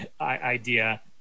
idea